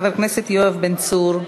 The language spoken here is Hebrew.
חבר הכנסת יואב בן צור.